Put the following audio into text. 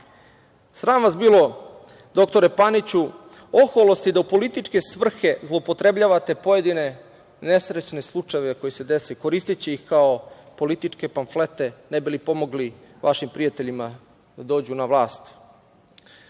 Sram vas bilo, dr Paniću, oholosti da u političke svrhe zloupotrebljavate pojedine nesrećne slučajeve koji se dese, koristeći ih kao političke pamflete, ne bi li pomogli vašim prijateljima da dođu na vlast. Sram